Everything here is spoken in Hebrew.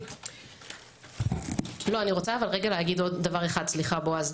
רוצה להגיד דבר נוסף.